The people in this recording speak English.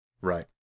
Right